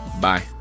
Bye